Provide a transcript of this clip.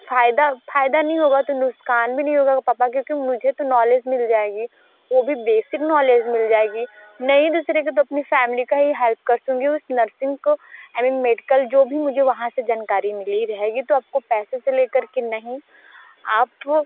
फ़ायदा फ़ायदा नहीं होगा तो नुक़सान भी नहीं होगा कि पापा क्योंकि मुझे तो नॉलेज मिल जाएगी वो भी बेसिक नॉलेज मिल जाएगी नहीं दूसरे की तो अपनी फैमिली का ही हेल्प कर सकूँगी उस नर्सिंग को आई मीन मेडकल जो भी मुझे वहाँ से जानकारी मिली रहेगी तो आपको पैसे से ले कर के नहीं आप वो